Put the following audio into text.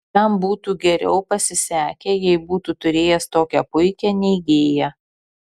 jam būtų geriau pasisekę jei būtų turėjęs tokią puikią neigėją